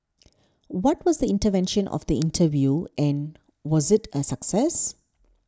what was the intention of the interview and was it a success